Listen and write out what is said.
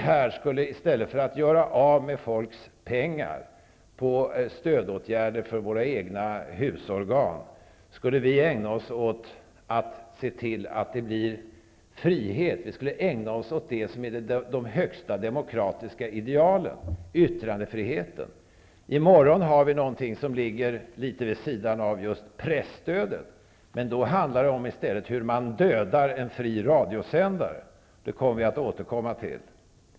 I stället för att göra av med folks pengar till stödåtgärder för våra egna husorgan borde vi ägna oss åt att se till att det blir frihet, ägna oss åt de högsta demokratiska idealen, nämligen bl.a. yttrandefriheten. I morgon skall vi behandla ett ärende som ligger vid sidan av just presstödet. Då kommer det att handla om hur man dödar en fri radiosändare, men det får vi återkomma till.